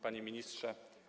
Panie Ministrze!